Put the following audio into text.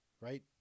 right